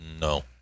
No